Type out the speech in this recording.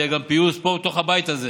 יהיה גם פיוס פה בתוך הבית הזה